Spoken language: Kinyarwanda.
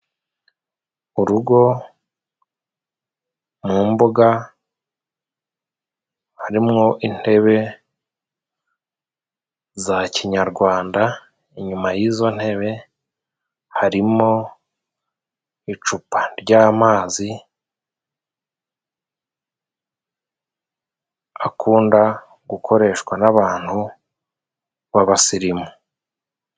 Urugo mu mbuga harimwo intebe za kinyarwanda, inyuma y'izo ntebe harimo icupa ry'amazi akunda gukoreshwa n'abantu b'abasirimu.